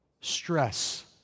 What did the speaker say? Stress